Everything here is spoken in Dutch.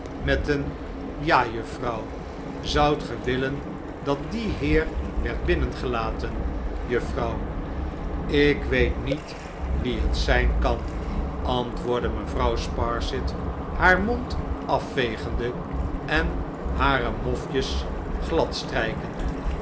met een ja juffrouw zoudt ge willen dat die heer werd binnengelaten juffrouw ik weet niet wie het zijn kan antwoordde mevrouw sparsit haar mond afvegende en hare mofjes